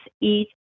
eat